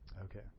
Okay